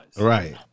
Right